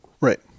right